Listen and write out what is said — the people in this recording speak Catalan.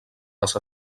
les